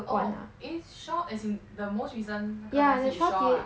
oh eh Shaw as in the most recent 那个东西 is Shaw ah